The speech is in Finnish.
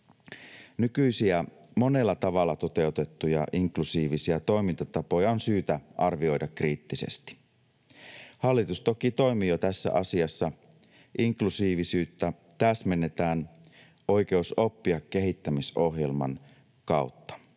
Nykyisiä, monella tavalla toteutettuja inklusiivisia toimintatapoja on syytä arvioida kriittisesti. Hallitus toki jo toimii tässä asiassa. Inklusiivisuutta täsmennetään Oikeus oppia ‑kehittämisohjelman kautta.